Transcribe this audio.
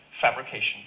fabrication